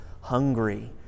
hungry